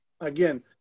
again